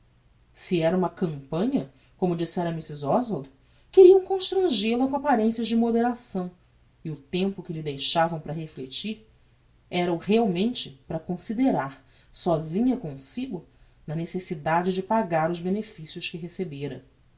se era uma campanha como dissera mrs oswald queriam constrangel a com apparencias de moderação e o tempo que lhe deixavam para reflectir era-o realmente para considerar sosinha comsigo na necessidade de pagar os benefícios que recebêra